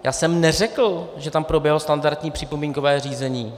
Já jsem neřekl, že tam proběhlo standardní připomínkové řízení.